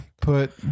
put